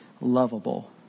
lovable